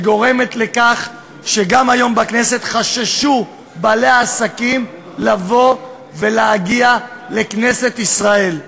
וגורמת לכך שגם היום חששו בעלי העסקים להגיע לכנסת ישראל.